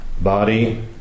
Body